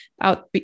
out